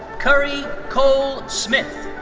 currie cole smith.